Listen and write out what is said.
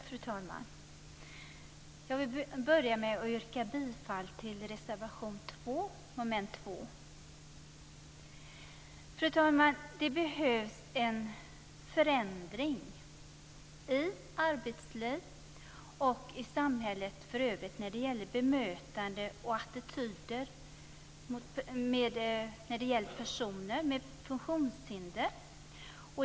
Fru talman! Jag vill börja med att yrka bifall till reservation 2 under mom. 2. Fru talman! Det behövs en förändring i arbetslivet och i samhället för övrigt när det gäller bemötande och attityder gentemot personer med funktionshinder.